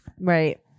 right